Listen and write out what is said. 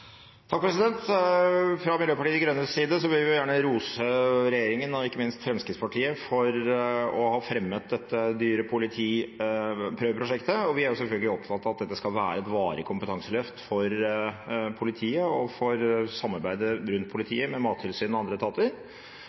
Fra Miljøpartiet De Grønnes side vil vi gjerne rose regjeringen og ikke minst Fremskrittspartiet for å ha fremmet dette dyrepolitiprøveprosjektet, og vi er selvfølgelig opptatt av at dette skal være et varig kompetanseløft for politiet og for samarbeidet rundt politiet med Mattilsynet og andre etater.